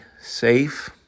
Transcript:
safe